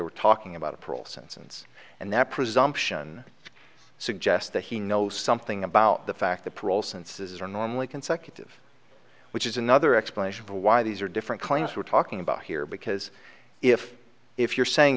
were talking about a parole sentence and that presumption suggests that he knows something about the fact that parole senses are normally consecutive which is another explanation for why these are different claims we're talking about here because if if you're saying